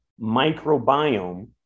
microbiome